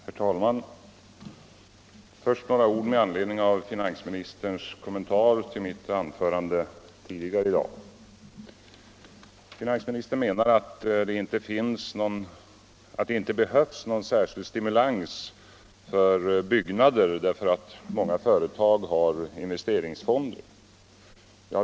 Herr talman! Först några ord med anledning av finansministerns kommentarer till mitt anförande tidigare i dag. Finansministern menar att det inte behövs någon särskild stimulans för byggnader eftersom många företag har investeringsfonder.